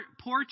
poor